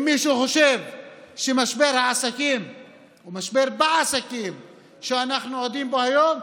אם מישהו חושב שהמשבר בעסקים שאנחנו עדים לו היום,